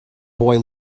boy